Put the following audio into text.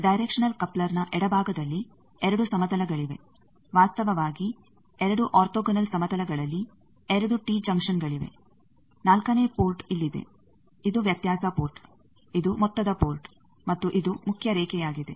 directional ಕಪ್ಲರ್ನ ಎಡಭಾಗದಲ್ಲಿ 2 ಸಮತಲಗಳಿವೆ ವಾಸ್ತವವಾಗಿ 2 ಒರ್ಥೋಗೊನಲ್ ಸಮತಲಗಳಲ್ಲಿ 2 ಟೀ ಜಂಕ್ಷನ್ಗಳಿವೆ ನಾಲ್ಕನೇ ಪೋರ್ಟ್ ಇಲ್ಲಿದೆ ಇದು ವ್ಯತ್ಯಾಸ ಪೋರ್ಟ್ ಇದು ಮೊತ್ತದ ಪೋರ್ಟ್ ಮತ್ತು ಇದು ಮುಖ್ಯ ರೇಖೆಯಾಗಿದೆ